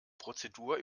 prozedur